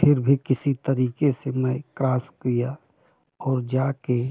फिर भी किसी तरीके से मैं क्रास किया और जा कर